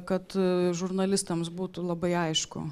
kad žurnalistams būtų labai aišku